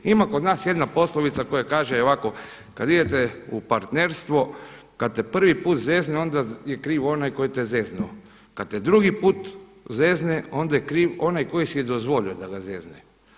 Ima kod nas jedna poslovica koja kaže ovako, kada idete u partnerstvo kada te prvi put zezne onda je kriv onaj koji te je zeznuo, kada te drugi put zezne onda je kriv onaj koji si je dozvolio da ga zezne.